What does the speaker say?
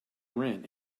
rent